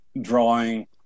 drawing